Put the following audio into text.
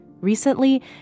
Recently